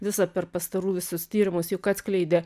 visą per pastarų visus tyrimus juk atskleidė